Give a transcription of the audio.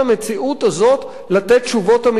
למציאות הזאת לתת תשובות אמיתיות.